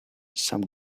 some